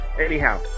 Anyhow